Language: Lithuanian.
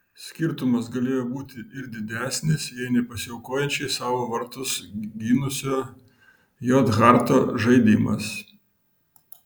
skirtumas galėjo būti ir didesnis jei ne pasiaukojančiai savo vartus gynusio j harto žaidimas